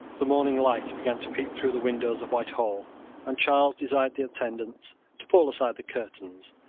the morning light began to peep through the windows of whitehall and charles desired the attendants to pull aside the curtains,